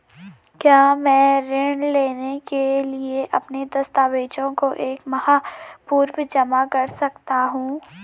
क्या मैं ऋण लेने के लिए अपने दस्तावेज़ों को एक माह पूर्व जमा कर सकता हूँ?